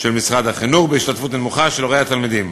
של משרד החינוך, בהשתתפות נמוכה של הורי התלמידים.